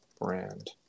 brand